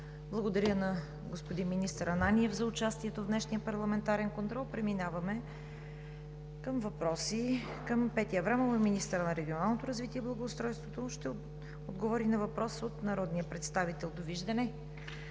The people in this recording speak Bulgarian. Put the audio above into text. Благодаря на министър Ананиев за участието в днешния парламентарен контрол. Преминаваме към въпроси към Петя Аврамова – министър на регионалното развитие и благоустройството. Тя ще отговори на въпрос от народния представител Любомир Бонев